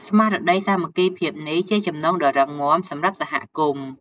ស្មារតីសាមគ្គីភាពនេះជាចំណងដ៏រឹងមាំសម្រាប់សហគមន៍។